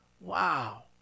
wow